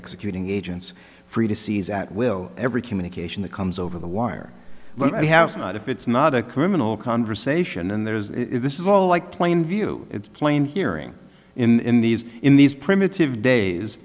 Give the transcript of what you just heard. executing agents free to seize at will every communication that comes over the wire but i have not if it's not a criminal conversation and there is this is all like plain view it's plain hearing in these in these primitive days